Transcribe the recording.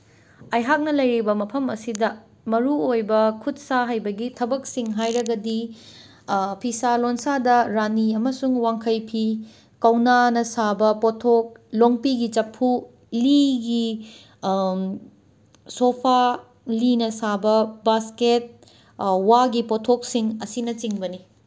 ꯑꯩꯍꯥꯛꯅ ꯂꯩꯔꯤꯕ ꯃꯐꯝ ꯑꯁꯤꯗ ꯃꯔꯨꯑꯣꯏꯕ ꯈꯨꯠꯁꯥ ꯍꯩꯕꯒꯤ ꯊꯕꯛꯁꯤꯡ ꯍꯥꯏꯔꯒꯗꯤ ꯐꯤꯁꯥ ꯂꯣꯟꯁꯥꯗ ꯔꯥꯅꯤ ꯑꯃꯁꯨꯡ ꯋꯥꯡꯈꯩ ꯐꯤ ꯀꯧꯅꯥꯅ ꯁꯥꯕ ꯄꯣꯠꯊꯣꯛ ꯂꯣꯡꯄꯤꯒꯤ ꯆꯐꯨ ꯂꯤꯒꯤ ꯁꯣꯐꯥ ꯂꯤꯅ ꯁꯥꯕ ꯕꯥꯁꯀꯦꯠ ꯋꯥꯒꯤ ꯄꯣꯠꯊꯣꯛꯁꯤꯡ ꯑꯁꯤꯅꯆꯤꯡꯕꯅꯤ